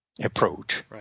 approach